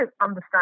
understand